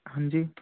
ہاں جی